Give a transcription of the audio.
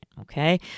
okay